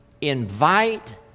Invite